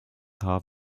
haar